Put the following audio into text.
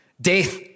Death